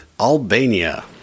Albania